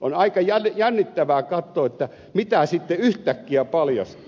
on aika jännittävää katsoa mitä sitten yhtäkkiä paljastuu